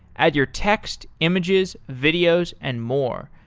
add your text, images, videos and more.